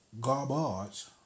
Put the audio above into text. garbage